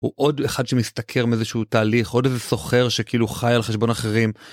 הוא עוד אחד שמשתכר מאיזשהו תהליך, עוד איזה סוחר שכאילו חי על חשבון אחרים.